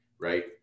right